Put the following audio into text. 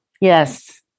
yes